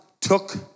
took